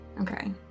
Okay